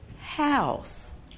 house